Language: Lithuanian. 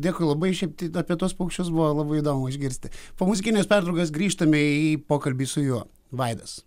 dėkui labai šiaip tai apie tuos paukščius buvo labai įdomu išgirsti po muzikinės pertraukos grįžtame į pokalbį su juo vaidas